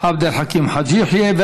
עבד אל חכים חאג' יחיא,